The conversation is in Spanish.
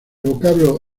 vocablo